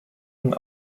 und